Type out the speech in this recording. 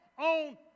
on